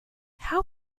how